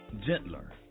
gentler